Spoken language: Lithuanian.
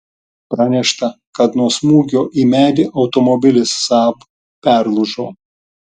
pranešta kad nuo smūgio į medį automobilis saab perlūžo